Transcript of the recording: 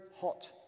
hot